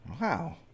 Wow